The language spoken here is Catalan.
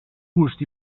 gust